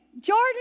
Jordan